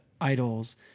idols